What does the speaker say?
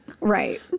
Right